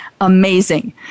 amazing